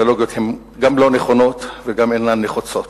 אנלוגיות הן גם לא נכונות וגם לא נחוצות.